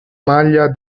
maglia